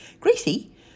Gracie